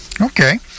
okay